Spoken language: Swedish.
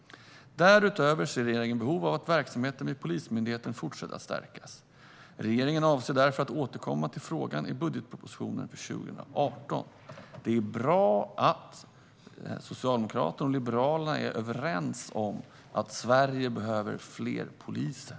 Därutöver ser regeringen behov av att verksamheten vid Polismyndigheten fortsätter att stärkas. Regeringen avser därför att återkomma till frågan i budgetpropositionen för 2018. Det är bra att Socialdemokraterna och Liberalerna är överens om att Sverige behöver fler poliser.